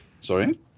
Sorry